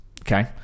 okay